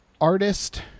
Artist